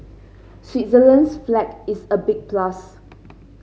Switzerland's flag is a big plus